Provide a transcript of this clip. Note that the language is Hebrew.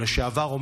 או לשעבר,